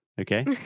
Okay